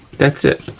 that's it.